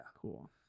Cool